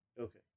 Okay